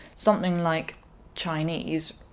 something like chinese,